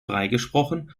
freigesprochen